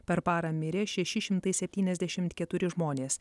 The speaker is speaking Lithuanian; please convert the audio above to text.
per parą mirė šeši šimtai septyniasdešimt keturi žmonės